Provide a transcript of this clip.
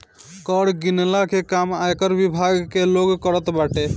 कर गिनला ले काम आयकर विभाग के लोग करत बाटे